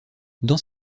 dans